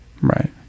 Right